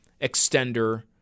extender